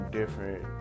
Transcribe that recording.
different